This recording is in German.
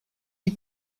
die